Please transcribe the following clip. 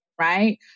right